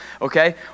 okay